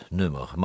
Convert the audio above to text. nummer